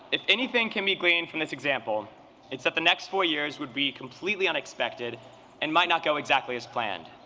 if anything can be gleaned from this example it's that the next four years would be completely unexpected and might not go exactly as planned.